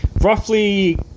Roughly